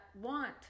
want